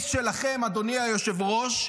אדוני היושב-ראש,